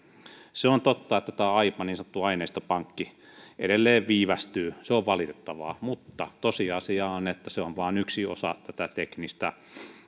se on totta että tämä aipa niin sanottu aineistopankki edelleen viivästyy se on valitettavaa mutta tosiasia on että se on vain yksi osa tätä teknistä